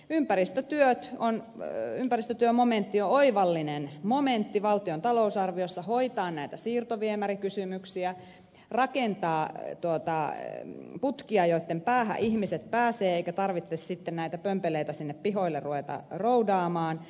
ympäristötyömomentti on oivallinen momentti valtion talousarviossa hoitaa näitä siirtoviemärikysymyksiä rakentaa putkia joitten päähän ihmiset pääsevät jolloin ei tarvitse sitten näitä pömpeleitä sinne pihoille ruveta roudaamaan